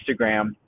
Instagram